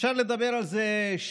אפשר לדבר על זה שעות,